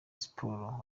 sports